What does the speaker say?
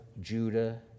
Judah